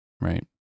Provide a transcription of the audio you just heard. right